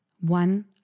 one